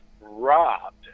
robbed